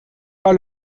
pas